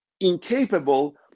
incapable